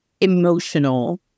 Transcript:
emotional